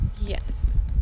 Yes